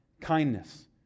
kindness